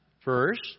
first